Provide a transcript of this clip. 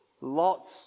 Lot's